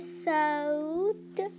episode